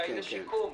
זכאי לשיקום,